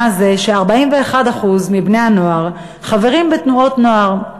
זה ש-41% מבני-הנוער חברים בתנועות נוער.